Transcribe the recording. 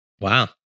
Wow